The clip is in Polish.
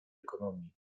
ekonomii